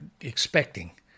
expecting